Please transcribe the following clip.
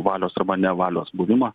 valios arba ne valios buvimą